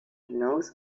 hinaus